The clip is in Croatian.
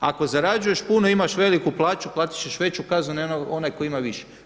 Ako zarađuješ puno, imaš veliku plaću, platit ćeš veću kaznu nego onaj koji ima više.